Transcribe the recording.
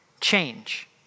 change